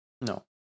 No